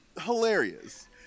hilarious